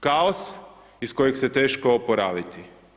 Kaos iz kojeg se teško oporaviti.